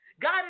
God